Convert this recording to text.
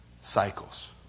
cycles